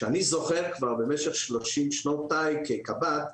כשאני זוכר כבר במשך שלושים שנותיי כקב"ט,